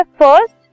first